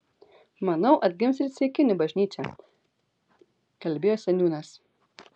manau atgims ir ceikinių bažnyčia kalbėjo seniūnas